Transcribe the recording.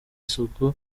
isuku